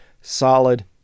solid